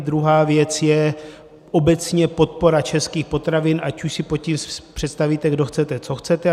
Druhá věc je obecně podpora českých potravin, ať už si pod tím představíte, kdo chcete, co chcete.